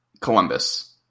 Columbus